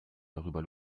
darüber